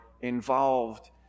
involved